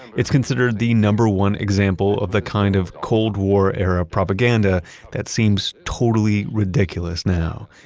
it's considered the number one example of the kind of cold war-era propaganda that seems totally ridiculous now.